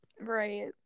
right